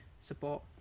support